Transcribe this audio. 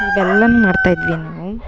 ಇವೆಲ್ಲ ಮಾಡ್ತಾಯಿದ್ವಿ ನಾವು